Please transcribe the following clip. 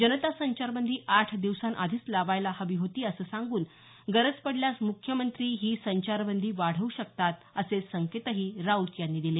जनता संचारबंदी आठ दिवसांआधीच लावायला हवी होती असं सांगून गरज पडल्यास मुख्यमंत्री ही संचारबंदी वाढव् शकतात असे संकेतही राऊत यांनी दिले